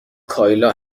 کایلا